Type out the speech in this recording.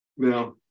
Now